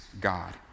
God